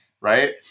right